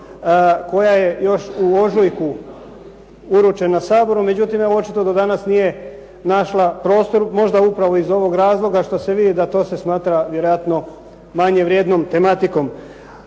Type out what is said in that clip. koja je još u ožujku uručena Saboru, međutim evo očito do danas nije našla prostor možda upravo iz ovog razloga što se vidi da to se smatra vjerojatno manje vrijednom tematikom.